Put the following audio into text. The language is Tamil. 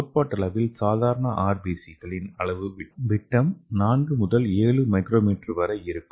கோட்பாட்டளவில் சாதாரண RBC களின் அளவு விட்டம் 4 முதல் 7 µm வரை இருக்கும்